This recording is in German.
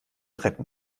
retten